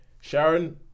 sharon